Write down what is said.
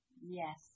Yes